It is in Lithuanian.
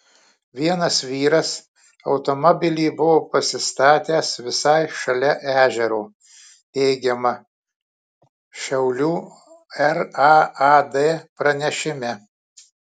vienas vyras automobilį buvo pasistatęs visai šalia ežero teigiama šiaulių raad pranešime